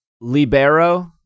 Libero